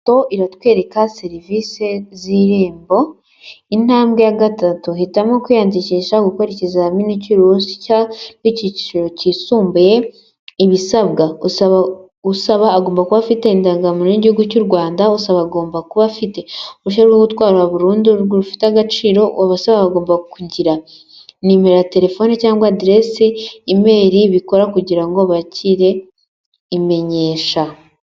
Ifoto iratwereka serivisi z'irembo intambwe ya gatatu hitamo kwiyandikisha gukora ikizamini cy'uruhu rw,ikiciro cyisumbuye ibisabwa usaba usaba agomba kuba afite indangamuntuigihugu cy'u rwanda usaba agomba kuba afite uruhushya rwo gutwara burundu rufite agaciro abasaba agomba kugira nimero ya telefoni cyangwa adrese imeri bikora kugira ngo bakire imenyesha.